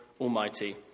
Almighty